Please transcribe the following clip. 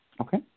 Okay